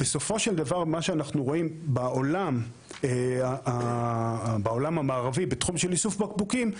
בסופו של דבר מה שאנחנו רואים בעולם המערבי בתחום של איסוף בקבוקים,